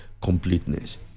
completeness